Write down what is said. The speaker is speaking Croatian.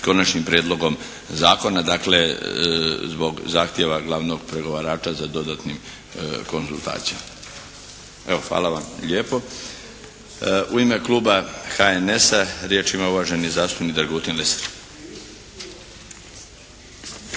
Konačnim prijedlogom zakona, dakle zbog zahtjeva glavnog pregovarača za dodatnim konzultacijama. Evo hvala vam lijepo. U ime kluba HNS-a riječ ima uvaženi zastupnik Dragutin Lesar.